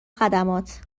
خدمات